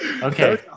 Okay